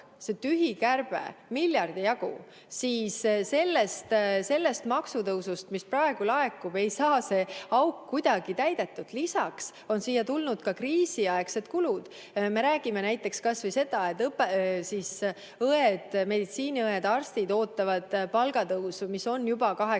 see tühi kärbe miljardi jagu, siis sellest maksutõusust, mis praegu laekub, ei saa see auk kuidagi täidetud. Lisaks on siia tulnud ka kriisiaegsed kulud. Me räägime näiteks seda, et meditsiiniõed ja arstid ootavad palgatõusu, mis on juba 80